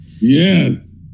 Yes